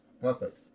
perfect